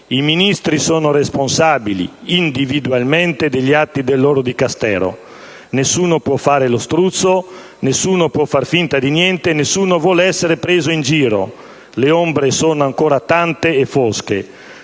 «I Ministri sono responsabili (...) individualmente degli atti del loro dicastero». Nessuno può fare lo struzzo; nessuno può far finta di niente; nessuno vuole essere preso in giro. Le ombre sono ancora tante e fosche.